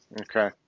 Okay